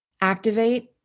activate